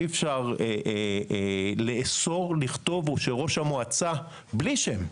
אי אפשר לאסור לכתוב הוא שראש המועצה בלי שהם,